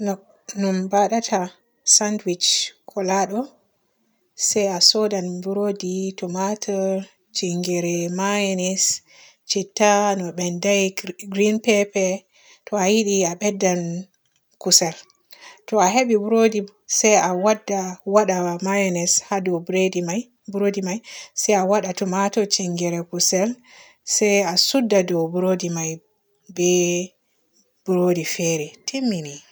No-non badata sanwich kalaɗo se a soodan buroodi, tumatur, tingere, moyones, citta no benday, gr-grin pepe, to a yiɗi a beddan kusel. To a hebi buroodi se a wadda waada mayones haa ɗou buredi-buroodi may se a wadda tumatur, tingere kusel se a suudda ɗou buroodi may be buroodi fere.